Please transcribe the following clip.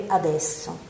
adesso